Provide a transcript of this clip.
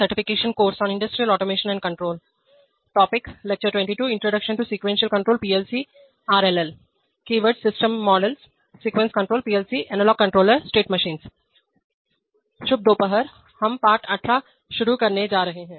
शुभ दोपहर हम 18 पाठ शुरू करने जा रहे हैं